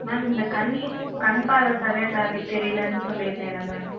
ma'am இந்த கண் கண் பார்வை சரியாக தெர் சரியாக தெரியலேன்னு சொல்லியிருந்தேன்ல மேம்